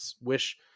wish